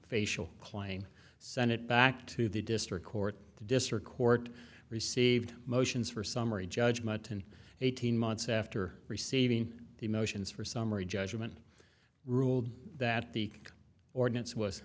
facial claim send it back to the district court the district court received motions for summary judgment and eighteen months after receiving the motions for summary judgment ruled that the ordinance was